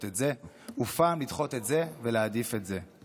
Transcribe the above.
את זה ופעם לדחות את זה ולהעדיף את זה.